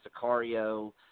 Sicario